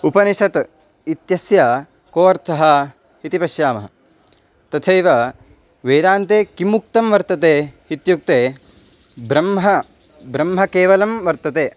उपनिषत् इत्यस्य को अर्थः इति पश्यामः तथैव वेदान्ते किमुक्तं वर्तते इत्युक्ते ब्रह्म ब्रह्मकेवलं वर्तते